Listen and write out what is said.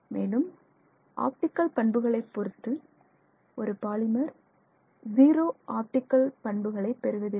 மேலும் ஆப்டிகல் பண்புகளை பொறுத்து ஒரு பாலிமர் ஜீரோ ஆப்டிகல் பண்புகளை பெறுவதில்லை